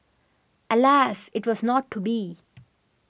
alas it was not to be